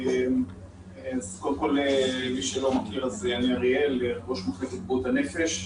אני אריאל, ראש מחלקת בריאות הנפש.